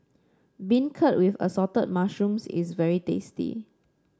beancurd with Assorted Mushrooms is very tasty